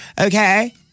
Okay